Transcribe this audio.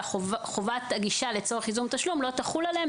שחובת הגישה לצורך ייזום תשלום לא תחול עליהם.